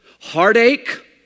Heartache